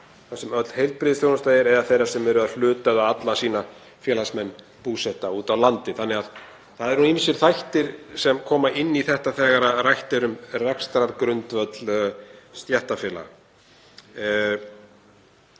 þar sem öll heilbrigðisþjónusta er, eða þeirra sem eru með hluta eða alla sína félagsmenn búsetta úti á landi. Þannig að það eru ýmsir þættir sem koma inn í þetta þegar rætt er um rekstrargrundvöll stéttarfélaga.